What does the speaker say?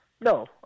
No